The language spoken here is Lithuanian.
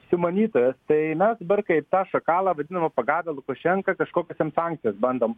sumanytojas tai mes dabar kaip tą šakalą vadinamą pagavę lukašenką kažkokias jam sankcijas bandom